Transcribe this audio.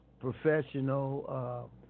professional